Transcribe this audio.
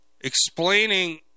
explaining